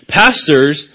pastors